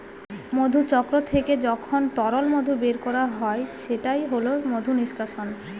মধুচক্র থেকে যখন তরল মধু বের করা হয় সেটা হল মধু নিষ্কাশন